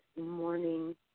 morning